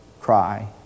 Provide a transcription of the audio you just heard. cry